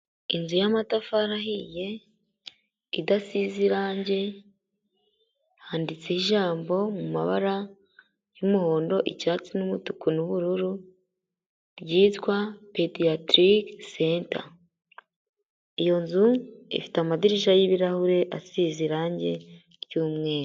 Inzu y'amatafari ahiye idasize irange, handitseho ijambo mu mabara y'umuhondo, icyatsi n'umutuku nu'ubururu, ryitwa pediatric center. Iyo nzu ifite amadirishya y'ibirahure asize irange ry'umweru.